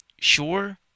sure